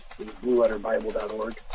blueletterbible.org